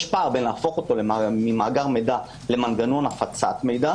יש פער בין להפוך אותו ממאגר מידע למנגנון הפצת מידע